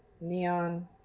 neon